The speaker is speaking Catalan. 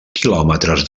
quilòmetres